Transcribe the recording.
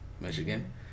Michigan